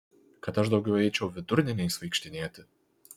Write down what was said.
kad aš daugiau eičiau vidurdieniais vaikštinėti